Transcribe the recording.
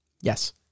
Yes